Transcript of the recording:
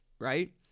right